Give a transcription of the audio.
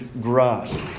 grasp